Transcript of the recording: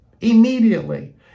immediately